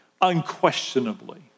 unquestionably